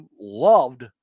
loved